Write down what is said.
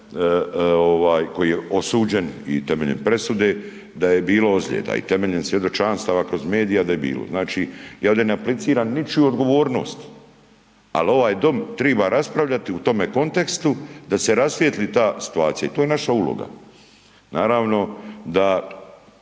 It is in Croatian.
koji je osuđen i temeljem presude, da je bilo ozljeda i temeljem svjedočanstava kroz medije da je bilo. Znači ja ovdje ne apliciram ničiju odgovornost, ali ovaj dom triba raspravljati u tome kontekstu da se rasvijetli ta situacija i to je naša uloga. Naravno da